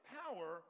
power